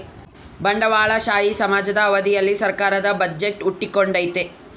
ಬಂಡವಾಳಶಾಹಿ ಸಮಾಜದ ಅವಧಿಯಲ್ಲಿ ಸರ್ಕಾರದ ಬಜೆಟ್ ಹುಟ್ಟಿಕೊಂಡೈತೆ